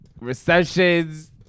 recessions